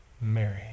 Mary